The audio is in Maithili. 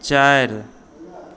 चारि